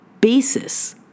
basis